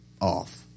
off